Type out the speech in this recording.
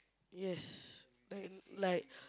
yes and like